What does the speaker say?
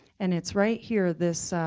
and it's right here this,